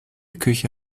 küche